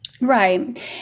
Right